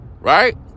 right